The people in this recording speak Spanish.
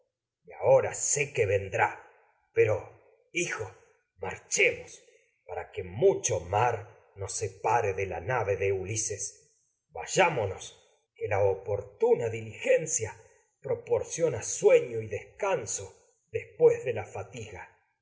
y ahora sé que pero de la hijo marchemos nave que mucho que mar nos separe de ulises vayámonos sueño y la oportuna dili gencia proporciona descanso después de la fatiga